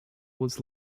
was